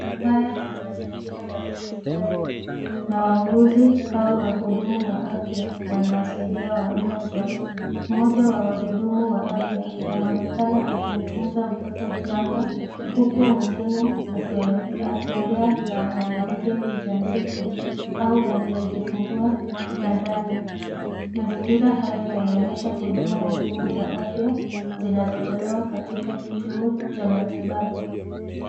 Haya ni mazingira ya hospitali na wauuguzi au wahudumu wa afya wanawasaidia wagonjwa. Mmoja wa wahudumu wa afya anonekana akimtumza mtoto mchanga huku mwingine akiongea na wanamke mjamzitu au aliejifungua kitandani. Mazingira haya yanaonyesha huduma muhimu za afya zinazotolewa katika kituo cha matibabu.